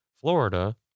Florida